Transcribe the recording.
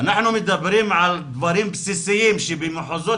אנחנו מדברים על דברים בסיסיים שבמחוזות